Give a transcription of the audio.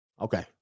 Okay